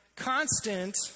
constant